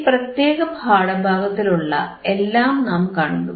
ഈ പ്രത്യേക പാഠഭാഗത്തിലുള്ള എല്ലാം നാം കണ്ടു